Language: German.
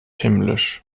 himmlisch